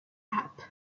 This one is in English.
app